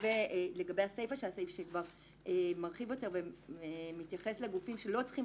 לגבי הסיפא של הסעיף שמרחיב יותר ומתייחס לגופים שלא יצטרכו